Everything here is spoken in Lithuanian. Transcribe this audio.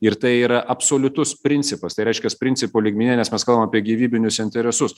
ir tai yra absoliutus principas tai reiškias principų lygmenyje nes mes kalbame apie gyvybinius interesus